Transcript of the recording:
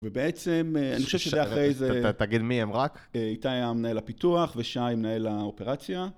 ובעצם, אני חושב שזה אחרי איזה... תגיד מי הם רק? איתי המנהל הפיתוח, ושי המנהל האופרציה.